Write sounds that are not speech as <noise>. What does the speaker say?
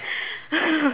<laughs>